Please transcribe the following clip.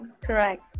Correct